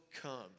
come